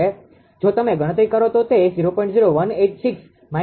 જો તમે ગણતરી કરો તો તે 0